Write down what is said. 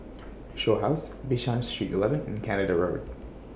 Shaw House Bishan Street eleven and Canada Road